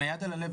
עם יד על הלב,